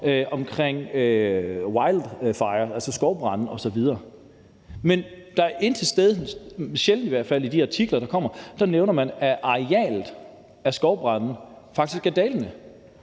omkring wild fire, altså skovbrande osv., men det er i hvert fald sjældent, at man i de artikler, der kommer, nævner, at arealet med skovbrande faktisk er dalende.